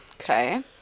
Okay